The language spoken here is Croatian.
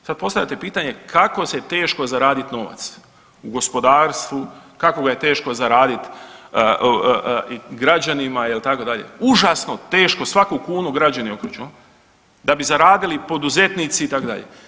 Sad postavljate pitanje kako se teško zaradit novac u gospodarstvu, kako ga je teško zaradit građanima itd., užasno teško, svaku kunu građani okreću jel da bi zaradili poduzetnici itd.